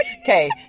Okay